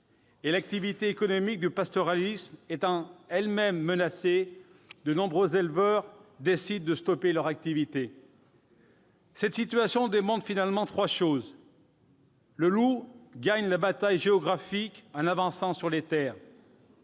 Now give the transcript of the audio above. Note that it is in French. L'activité économique du pastoralisme étant elle-même menacée, de nombreux éleveurs décident de mettre fin à leur activité. Cette situation démontre finalement trois choses : le loup gagne la bataille géographique, en avançant sur les terres